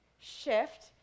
shift